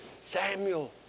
Samuel